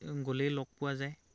গ'লেই লগ পোৱা যায়